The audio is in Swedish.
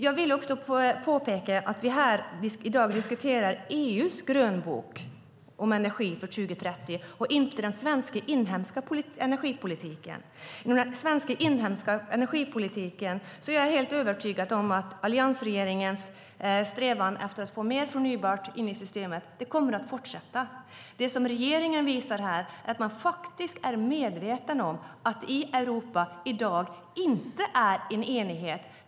Jag vill påpeka att vi i dag diskuterar EU:s grönbok om energin för 2030, inte den inhemska svenska energipolitiken. När det gäller den inhemska svenska energipolitiken är jag helt övertygad om att alliansregeringens strävan att få mer förnybart in i systemet kommer att fortsätta. Här visar regeringen att den är medveten om att det i Europa inte finns enighet.